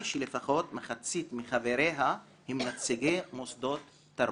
שלפחות מחצית מחבריה הם נציגי מוסדות תרבות".